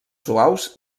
suaus